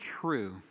true